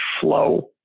flow